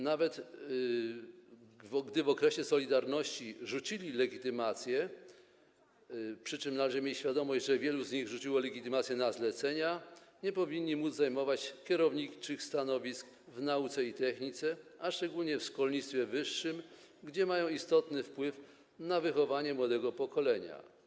Nawet gdy w okresie „Solidarności” rzucili legitymacje - przy czym należy mieć świadomość, że wielu z nich rzuciło legitymacje na zlecenia - nie powinni oni móc zajmować kierowniczych stanowisk w nauce i technice, a szczególnie w szkolnictwie wyższym, gdzie mają istotny wpływ na wychowanie młodego pokolenia.